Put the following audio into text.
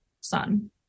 son